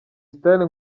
style